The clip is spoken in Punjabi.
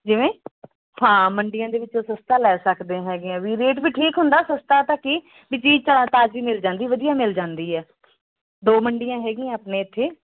ਜਿਵੇਂ ਹਾਂ ਮੰਡੀਆਂ ਦੇ ਵਿੱਚੋਂ ਸਸਤਾ ਲੈ ਸਕਦੇ ਹੋ ਹੈਗੇ ਹਾਂ ਵੀ ਰੇਟ ਵੀ ਠੀਕ ਹੁੰਦਾ ਸਸਤਾ ਤਾਂ ਕੀ ਵੀ ਚੀਜ਼ ਤਾ ਤਾਜ਼ੀ ਮਿਲ ਜਾਂਦੀ ਵਧੀਆ ਮਿਲ ਜਾਂਦੀ ਹੈ ਦੋ ਮੰਡੀਆਂ ਹੈਗੀਆਂ ਆਪਣੇ ਇੱਥੇ